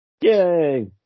Yay